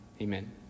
Amen